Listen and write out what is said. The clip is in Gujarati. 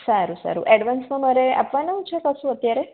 સારું સારું એડવાંસમાં મારે આપવાનું છે કશું અત્યારે